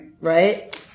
Right